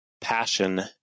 passion